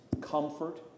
comfort